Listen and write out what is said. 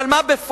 אבל מה בפועל?